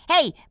Hey